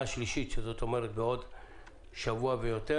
תודה.